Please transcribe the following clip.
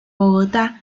bogotá